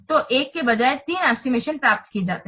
तो एक के बजाय तीन एस्टिमेशन प्राप्त किए जाते हैं